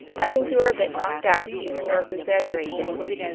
i think you are a bit knocked out, and your nerves exaggerate things.